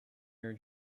your